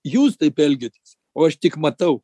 jūs taip elgiatės o aš tik matau